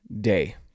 day